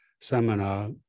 seminar